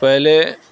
پہلے